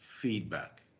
feedback